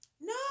No